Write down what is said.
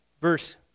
Verse